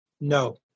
No